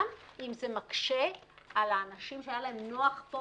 גם אם זה מקשה על האנשים שהיה להם נוח פה